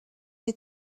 des